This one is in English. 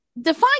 define